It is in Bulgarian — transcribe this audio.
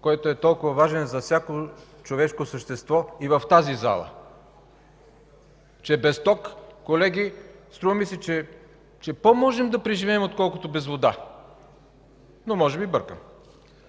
който е толкова важен за всяко човешко същество и в тази зала. Без ток, колеги, струва ми се, че пó можем да преживеем, отколкото без вода, но може би бъркам.